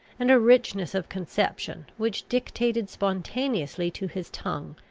and a richness of conception which dictated spontaneously to his tongue,